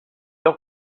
auch